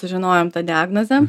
sužinojom tą diagnozę